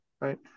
right